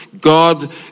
God